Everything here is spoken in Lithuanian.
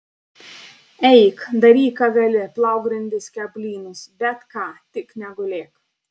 eik daryk ką gali plauk grindis kepk blynus bet ką tik negulėk